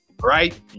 right